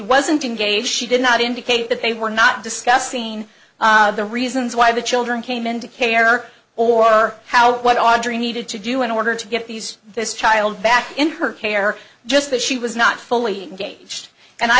wasn't engaged she did not indicate that they were not discussed seen the reasons why the children came into care or how what audrey needed to do in order to get these this child back in her care just that she was not fully engaged and i